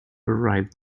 arrived